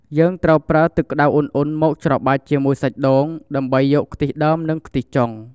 យើងត្រូវប្រើទឹកក្តៅអ៊ុនៗមកច្របាច់ជាមួយសាច់ដូង ដើម្បីយកខ្ទិះដើម និងខ្ទិះចុង។